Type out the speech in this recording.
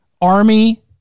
Army